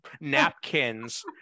napkins